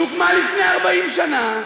שהוקמה לפני 40 שנה,